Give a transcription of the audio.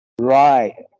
Right